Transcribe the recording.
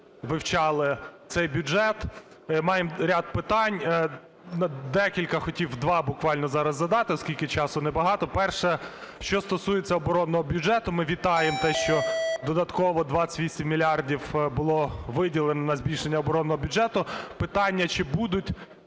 вивчали цей бюджет, маємо ряд питань. Декілька хотів, два буквально, зараз задати, оскільки часу небагато. Перше. Що стосується оборонного бюджету, ми вітаємо те, що додатково 28 мільярдів було виділено на збільшення оборонного бюджету. Питання. Чи будуть